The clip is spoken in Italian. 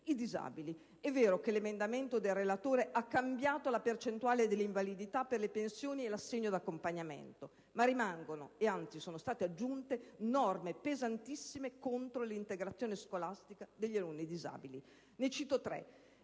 disabili, è vero che l'emendamento del relatore ha cambiato la percentuale delle invalidità per le pensioni e l'assegno di accompagnamento; ma rimangono, e anzi sono state aggiunte, norme pesantissime contro l'integrazione scolastica degli alunni disabili. Ne cito tre: